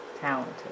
talented